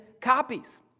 copies